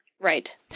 Right